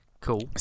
Cool